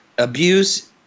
Abuse